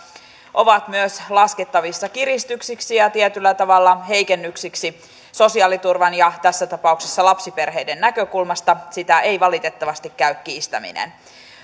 ovat myös laskettavissa kiristyksiksi ja ja tietyllä tavalla heikennyksiksi sosiaaliturvan ja tässä tapauksessa lapsiperheiden näkökulmasta sitä ei valitettavasti käy kiistäminen